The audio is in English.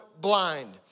blind